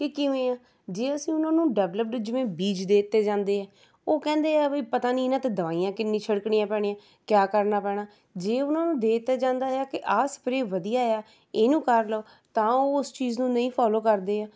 ਕਿ ਕਿਵੇਂ ਆ ਜੇ ਅਸੀਂ ਉਹਨਾਂ ਨੂੰ ਡਿਵੇਲੈਪਡ ਜਿਵੇਂ ਬੀਜ ਦੇ ਦਿੱਤੇ ਜਾਂਦੇ ਆ ਉਹ ਕਹਿੰਦੇ ਆ ਬਈ ਪਤਾ ਨਹੀਂ ਇਹਨਾਂ 'ਤੇ ਦਵਾਈਆਂ ਕਿੰਨੀ ਛਿੜਕਣੀਆਂ ਪੈਣੀਆਂ ਕਿਆ ਕਰਨਾ ਪੈਣਾ ਜੇ ਉਹਨਾਂ ਨੂੰ ਦੇ ਦਿੱਤਾ ਜਾਂਦਾ ਹੈ ਕਿ ਆਹ ਸਪ੍ਰੇ ਵਧੀਆ ਆ ਇਹਨੂੰ ਕਰ ਲਓ ਤਾਂ ਉਹ ਉਸ ਚੀਜ਼ ਨੂੰ ਨਹੀਂ ਫੋਲੋ ਕਰਦੇ ਹੈ